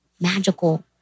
magical